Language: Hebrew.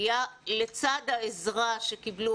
לצד העזרה שקיבלו,